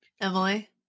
Emily